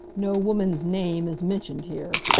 no woman's name is mentioned here,